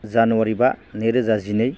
जानुवारि बा नैरोजा जिनै